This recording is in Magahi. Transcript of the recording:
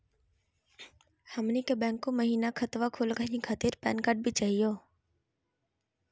हमनी के बैंको महिना खतवा खोलही खातीर पैन कार्ड भी चाहियो?